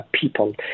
people